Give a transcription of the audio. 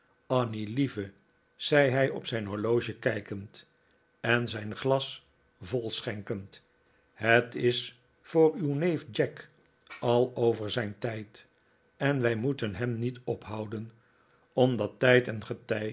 annie lieve zei hij op zijn horloge kijkend en zijn glas volschenkend het is voor uw neef jack al over zijn tijd en wij moeten hem niet ophouden omdat tijd en